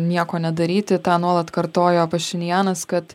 nieko nedaryti tą nuolat kartojo pašinjanas kad